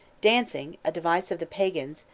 dancing, a device of the pagans,